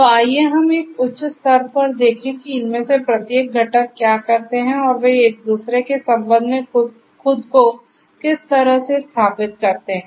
तो आइए हम एक उच्च स्तर पर देखें कि इनमें से प्रत्येक घटक क्या करते हैं और वे एक दूसरे के संबंध में खुद को किस तरह से स्थापित करते हैं